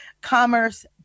commerce